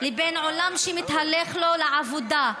לבין עולם שמתהלך לו לעבודה,